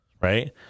right